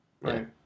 Right